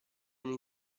nei